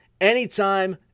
anytime